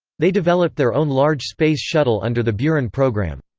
they developed their own large space shuttle under the buran program.